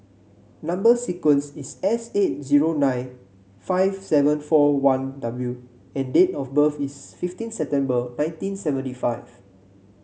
number sequence is S eight zero nine five seven four one W and date of birth is fifteen September nineteen seventy five